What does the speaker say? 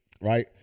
Right